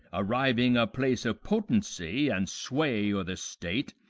arriving a place of potency and sway o' the state,